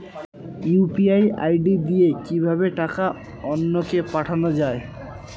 UPI ID দিয়ে কিভাবে টাকা অন্য কে পাঠানো যায়?